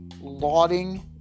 lauding